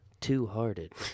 Two-Hearted